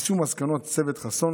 ליישום מסקנות צוות חסון,